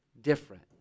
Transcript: different